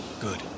Good